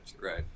Right